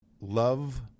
love